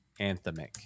anthemic